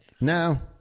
no